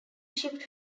shift